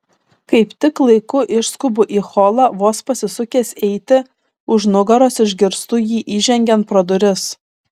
kaip tik laiku išskubu į holą vos pasisukęs eiti už nugaros išgirstu jį įžengiant pro duris